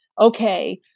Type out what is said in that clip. okay